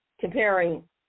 comparing